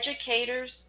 educator's